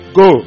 go